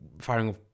firing